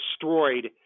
destroyed